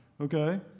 Okay